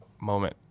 moment